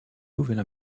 nouvelle